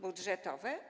Budżetowe?